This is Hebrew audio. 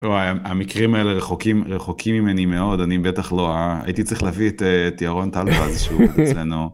המקרים האלה רחוקים ממני מאוד אני בטח לא ה... הייתי צריך להביא את ירון טלפז שהוא אצלנו...